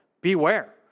beware